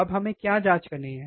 अब हमें क्या जाँच करनी है